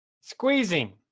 squeezing